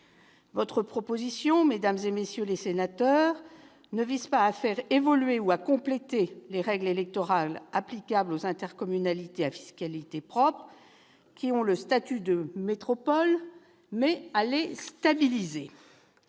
propre. Mesdames, messieurs les sénateurs, ce texte tend non pas à faire évoluer ou à compléter les règles électorales applicables aux intercommunalités à fiscalité propre qui ont le statut de métropole, mais à les stabiliser.